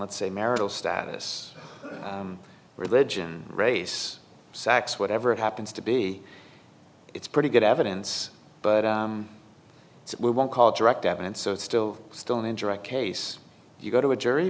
let's say marital status religion race sax whatever it happens to be it's pretty good evidence but we won't call it direct evidence so it's still still an injury case you go to a jury